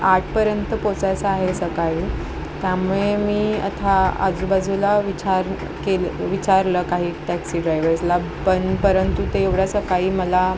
आठपर्यंत पोचायचं आहे सकाळी त्यामुळे मी आता आजूबाजूला विचारू केली विचारलं काही टॅक्सी ड्रायवर्सला पण परंतु ते एवढ्या सकाळी मला